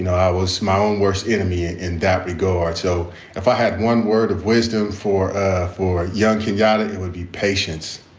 and i was my own worst enemy in that regard. so if i had one word of wisdom for ah a young kenyatta, it would be patience.